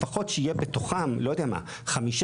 שיהיה בתוכם לפחות 5,